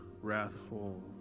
wrathful